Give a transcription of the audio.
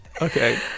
Okay